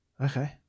okay